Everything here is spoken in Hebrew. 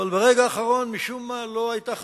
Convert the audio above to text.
אבל ברגע האחרון משום מה לא היתה חתימה.